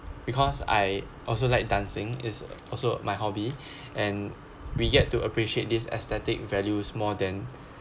because I also liked dancing is also my hobby and we get to appreciate this aesthetic values more than